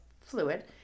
fluid